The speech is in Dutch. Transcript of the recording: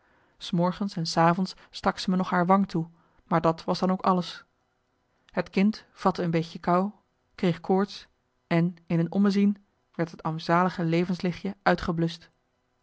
s morgens en s avonds stak ze me nog haar wang toe maar dat was dan ook alles het kind vatte een beetje kou kreeg koorts en in een ommezien werd het armzalige levenslichtje uitgebluscht